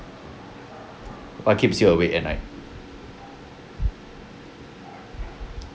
what keeps you awake at night